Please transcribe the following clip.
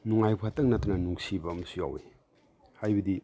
ꯅꯨꯡꯉꯥꯏꯕ ꯈꯛꯇꯪ ꯅꯠꯇꯅ ꯅꯨꯡꯁꯤꯕ ꯑꯃꯁꯨ ꯌꯥꯎꯏ ꯍꯥꯏꯕꯗꯤ